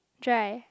dry